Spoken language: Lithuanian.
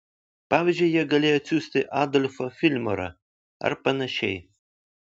pavyzdžiui jie galėjo atsiųsti adolfą filmorą ar panašiai